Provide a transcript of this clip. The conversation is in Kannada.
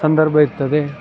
ಸಂದರ್ಭ ಇರ್ತದೆ